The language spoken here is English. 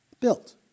built